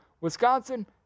Wisconsin